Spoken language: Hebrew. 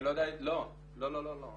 לא, לא, לא.